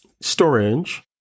storage